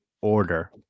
order